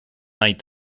eyed